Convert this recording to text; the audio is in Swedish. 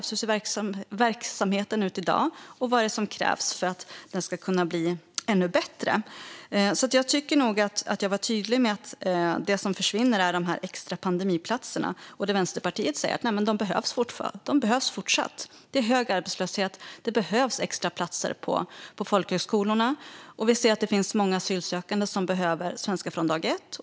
Hur ser verksamheten ut i dag, och vad är det som krävs för att den ska kunna bli ännu bättre? Jag tycker nog att jag var tydlig med att det som försvinner är de extra pandemiplatserna. Vänsterpartiet säger att de fortfarande behövs. Arbetslösheten är hög, och det behövs extra platser på folkhögskolorna. Vi ser också att det finns många asylsökande som behöver Svenska från dag ett.